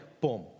boom